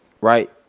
Right